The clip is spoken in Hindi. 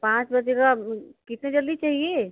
पाँच बच्चे का कितनी जल्दी चाहिए